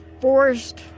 forced